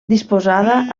disposada